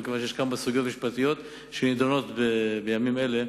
יש כמה סוגיות משפטיות שנדונות בימים אלה,